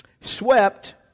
swept